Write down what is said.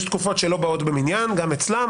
יש תקופות שלא באות במניין גם אצלם,